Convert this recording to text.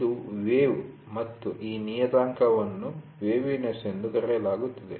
ಇದು ವೇವ್ ಮತ್ತು ಈ ನಿಯತಾಂಕವನ್ನು ವೇವಿನೆಸ್ ಎಂದು ಕರೆಯಲಾಗುತ್ತದೆ